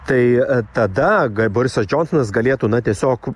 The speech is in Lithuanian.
tai tada ga borisas džonsonas galėtų na tiesiog